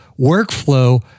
workflow